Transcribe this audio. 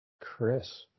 Chris